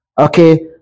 Okay